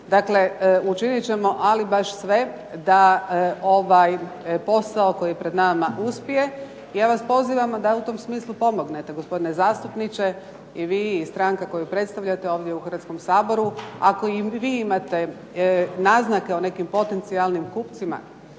Dakle, učinit ćemo ali baš sve da ovaj posao koji je pred nama uspije. I ja vas pozivam da u tom smislu pomognete gospodine zastupniče, i vi i stranka koju predstavljate ovdje u Hrvatskom saboru. Ako i vi imate naznake o nekim potencijalnim kupcima,